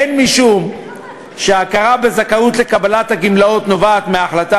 הן משום שההכרה בזכאות לקבלת הגמלאות נובעת מההחלטה